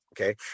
Okay